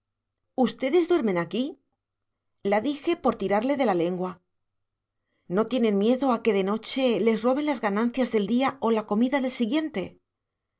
ustedes duermen aquí la dije por tirarle de la lengua no tienen miedo a que de noche les roben las ganancias del día o la comida del siguiente